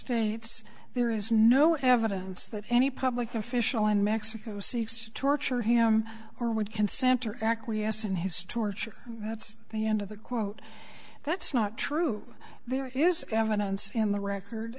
states there is no evidence that any public official in mexico seeks to torture him or would consent or acquiesce in his torture that's the end of the quote that's not true there is evidence in the record